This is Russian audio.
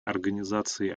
организации